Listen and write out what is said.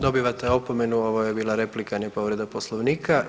Dobivate opomenu ovo je bila replika, a ne povreda poslovnika.